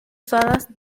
usadas